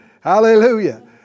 Hallelujah